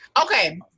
Okay